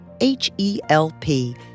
H-E-L-P